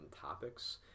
topics